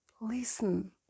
Listen